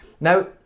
Now